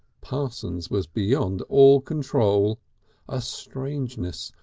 parsons was beyond all control a strangeness,